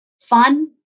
fun